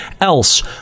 else